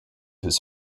his